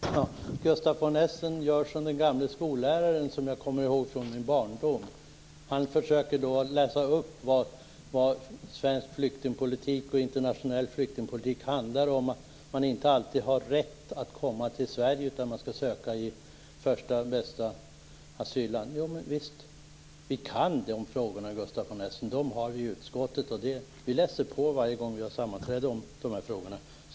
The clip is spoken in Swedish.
Fru talman! Gustaf von Essen gör som den gamle skolläraren som jag kommer ihåg från min barndom. Han försöker läsa upp vad svensk flyktingpolitik och internationell flyktingpolitik handlar om, nämligen att man inte alltid har rätt att komma till Sverige utan att man skall söka asyl i första bästa asylland. Visst är det så. Vi kan dessa frågor, Gustaf von Essen. De har vi tagit upp i utskottet, och vi läser på inför varje nytt sammanträde om dessa frågor.